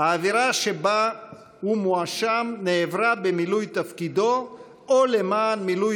"האווירה שבה הוא מואשם נעברה במילוי תפקידו או למען מילוי